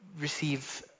receive